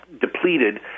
depleted